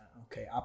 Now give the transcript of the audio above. okay